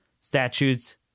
statutes